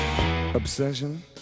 obsession